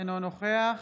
אינו נוכח